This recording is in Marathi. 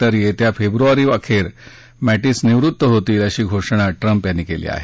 तर येत्या फेब्रुवारी अखेर मॅटिस निवृत्त होतील अशी घोषणा ट्रम्प यांनी केली आहे